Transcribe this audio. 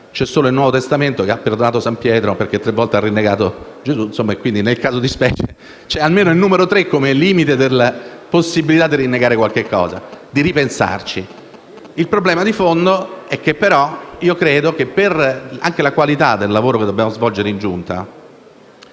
C'è solo il Nuovo Testamento che ha perdonato San Pietro perché, per tre volte, ha rinnegato Gesù. Insomma, nel caso di specie, c'è almeno il numero tre come limite della possibilità di rinnegare qualcosa o di ripensarci. Il problema di fondo, però, è che credo, anche per la qualità del lavoro che dobbiamo svolgere in Giunta,